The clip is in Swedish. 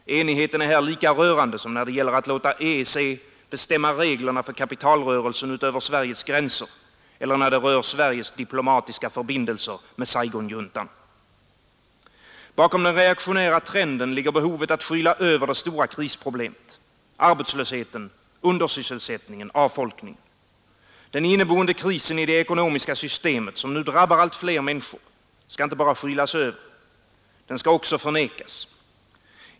Enigheten är här lika rörande som när det gäller att låta EEC bestämma reglerna för kapitalrörelser över Sveriges gränser eller när det rör Sveriges diplomatiska förbindelser med Saigonjuntan. Bakom den reaktionära trenden ligger behovet att skyla över det stora krisproblemet — arbetslösheten, undersysselsättningen, avfolkningen. Den inneboende krisen i det ekonomiska systemet, som nu drabbar allt fler människor, skall inte bara skylas över. Den skall också förnekas.